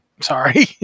Sorry